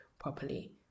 properly